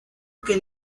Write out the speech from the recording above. que